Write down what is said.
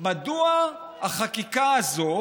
מדוע החקיקה הזאת